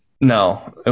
No